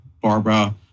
Barbara